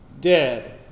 dead